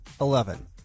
Eleven